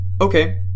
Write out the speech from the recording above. Okay